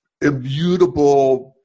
immutable